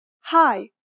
Hi